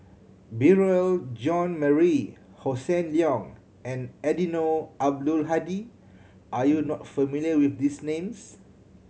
Beurel Jean Marie Hossan Leong and Eddino Abdul Hadi are you not familiar with these names